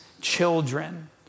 children